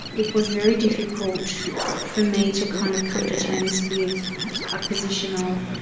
it was very difficult for me to kind of come to terms with a position of,